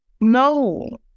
no